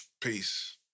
peace